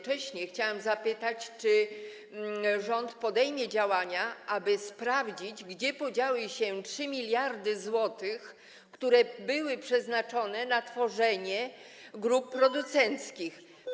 Chciałabym zapytać, czy rząd podejmie działania, aby sprawdzić, gdzie podziały się 3 mld zł, które były przeznaczone na tworzenie grup producenckich.